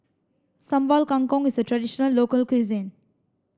Sambal Kangkong is a traditional local cuisine